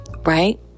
right